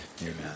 amen